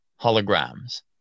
holograms